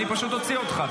אני פשוט אוציא אותך,